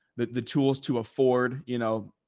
the, the tools to afford, you know,